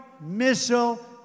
missile